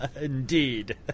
Indeed